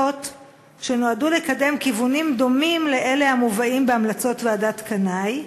שנועדו לקדם כיוונים דומים לאלה המובאים בהמלצות ועדת קנאי?